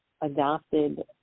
adopted